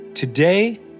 Today